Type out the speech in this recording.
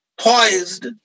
poised